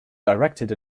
directed